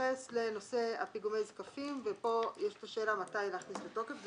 מתייחס לנושא פיגומי הזקפים ופה ישנה שאלה מתי להכניס לתוקף,